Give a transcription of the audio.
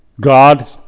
God